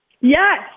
Yes